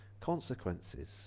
consequences